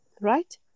right